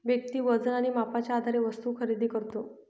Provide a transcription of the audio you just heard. व्यक्ती वजन आणि मापाच्या आधारे वस्तू खरेदी करतो